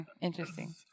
Interesting